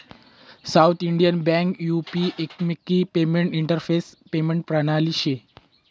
south Indian bank UP एकात्मिक payment interface payment प्रणाली शे